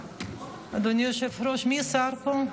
אדוני היושב-ראש, מי השר פה?